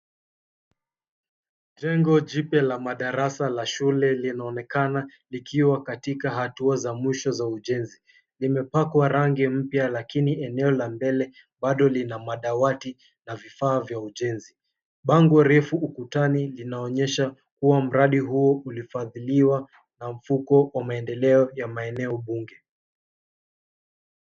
Jengo jipya la madarasa la shule linaonekana likiwa katika hatua za mwisho za ujenzi, limepakwa rangi mpya lakini eneo la mbele bado lina madawati na vifaa vya ujenzi. Bango refu ukutani linaonyesha kuwa mradi huo ulifadhiliwa na mfuko wa maendeleo ya maeneo bunge.